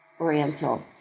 Oriental